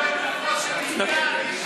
לפתור לגופו של עניין.